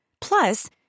Plus